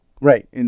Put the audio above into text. Right